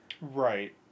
Right